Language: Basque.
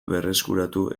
berreskuratu